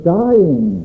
dying